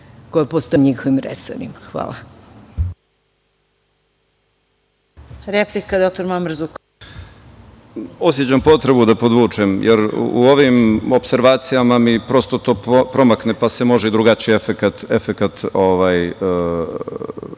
koje postoje u njihovim resorima. Hvala.